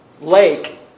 lake